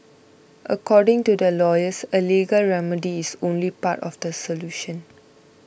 according to the lawyers a legal remedy is only part of the solution